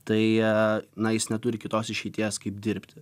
tai na jis neturi kitos išeities kaip dirbti